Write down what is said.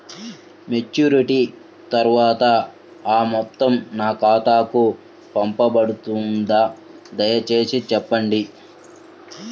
Maturity తర్వాత ఆ మొత్తం నా ఖాతాకు పంపబడుతుందా? దయచేసి చెప్పండి?